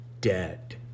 dead